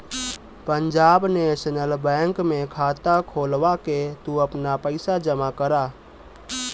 Punjab national bank में खाता खोलवा के तू आपन पईसा जमा करअ